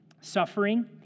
suffering